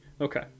Okay